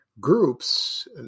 groups